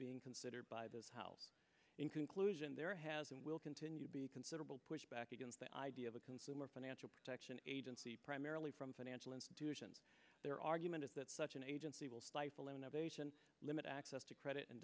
being considered by this house in conclusion there has and will continue to be considerable pushback against the idea of a consumer financial protection agency primarily from financial institutions their argument is that such an agency will stifle innovation limit access to credit